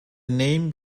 name